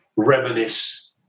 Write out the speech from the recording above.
reminisce